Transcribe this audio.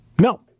no